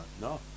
No